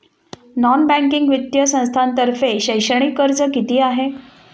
Non banking वित्तीय संस्थांतर्फे शैक्षणिक कर्ज किती आहे?